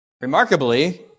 Remarkably